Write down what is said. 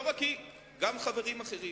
לא רק היא, גם חברים אחרים.